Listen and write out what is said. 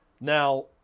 Now